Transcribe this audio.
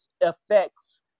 affects